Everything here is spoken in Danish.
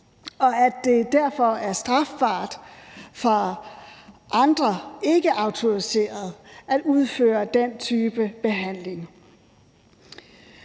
og at det derfor er strafbart for andre ikkeautoriserede at udføre den type behandling.